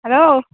hello